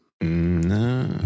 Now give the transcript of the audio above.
no